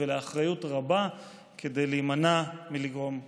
ולאחריות רבה כדי להימנע מלגרום נזקים.